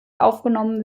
aufgenommen